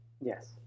yes